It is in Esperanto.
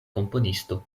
komponisto